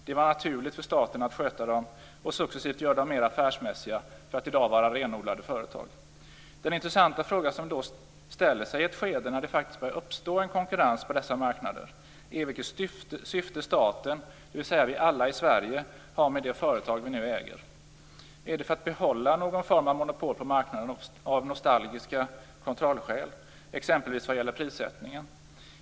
Det var naturligt för staten att sköta dem och att successivt göra dem mer affärsmässiga, så att de i dag är renodlade företag. Den intressanta fråga som uppkommer i ett skede när det faktiskt börjar uppstå en konkurrens på dessa marknader är vilket syfte staten, dvs. vi alla i Sverige, har med de företag vi nu äger. Är det för att behålla någon form av monopol på marknaden av nostalgiska kontrollskäl, exempelvis vad gäller prissättningen?